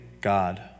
God